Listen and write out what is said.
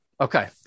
Okay